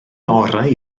orau